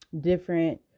different